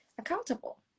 accountable